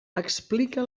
explica